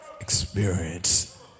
experience